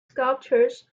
sculptures